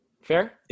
Fair